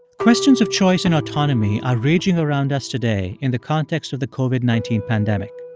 questions of choice and autonomy are raging around us today in the context of the covid nineteen pandemic.